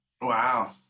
Wow